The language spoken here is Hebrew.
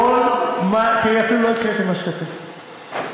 יתחילו, בך.